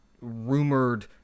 rumored